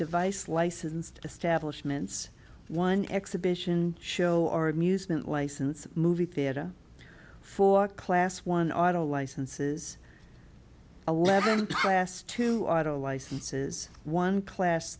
device licensed establishment one exhibition show or amusement license movie theater for class one auto licenses eleven class two auto licenses one class